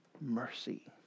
mercy